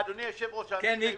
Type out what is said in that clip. אדוני היושב-ראש, רציתי